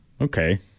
Okay